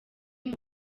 muri